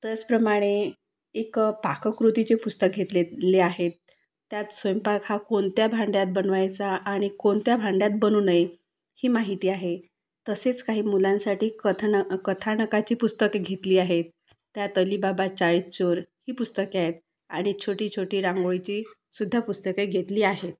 त्याचप्रमाणे एक पाककृतीचे पुस्तक घेतलेले आहे त्यात स्वयंपाक हा कोणत्या भांड्यात बनवायचा आणि कोणत्या भांड्यात बनवू नये ही माहिती आहे तसेच काही मुलांसाठी कथन कथानकाची पुस्तके घेतली आहेत त्यात अलीबाबा चाळीस चोर ही पुस्तके आहेत आणि छोटी छोटी रांगोळीचीसुद्धा पुस्तके घेतली आहेत